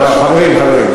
חברים, חברים.